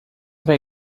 vai